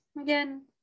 again